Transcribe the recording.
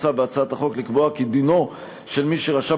מוצע בהצעת החוק לקבוע כי דינו של מי שרשם